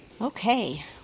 Okay